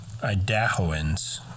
Idahoans